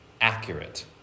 accurate